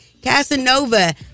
Casanova